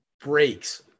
breaks